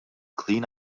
clean